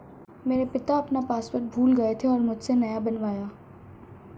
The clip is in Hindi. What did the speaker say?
मेरे पिता अपना पासवर्ड भूल गए थे और मुझसे नया बनवाया